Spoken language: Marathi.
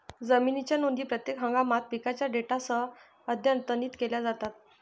जमिनीच्या नोंदी प्रत्येक हंगामात पिकांच्या डेटासह अद्यतनित केल्या जातात